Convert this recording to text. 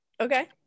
Okay